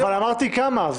אבל אמרתי כמה,